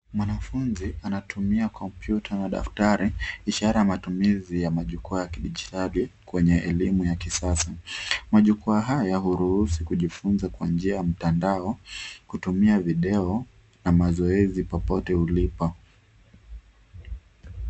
Mwanafuzi anatumia kompyuta na daftari ishara ya matumizi ya majukwaa ya kidijitali kwenye elimu ya kisasa. Majukwaa haya uruhusu kujifuza kwa njia ya mtandao kutumia video na mazoezi popote ulipo.